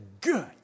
good